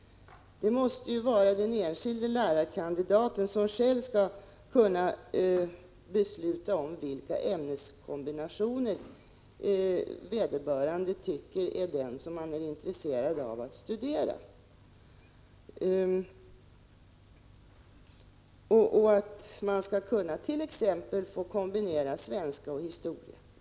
Det måste ju vara den enskilda lärarkandidaten som själv skall kunna besluta om vilken ämneskombination vederbörande är intresserad av att studera. Exempelvis borde man kunna få kombinera svenska och historia.